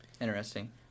Interesting